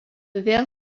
vėl